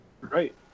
Right